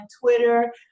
Twitter